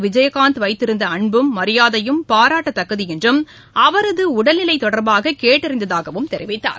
விஜயகாந்த் வைத்திருந்த அன்பும் மரியாதையும் பாராட்டத்தக்கது என்றும் அவரது உடல்நிலை தொடர்பாக கேட்டறிந்ததாகவும் தெரிவித்தார்